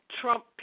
Trump